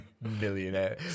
millionaire